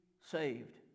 saved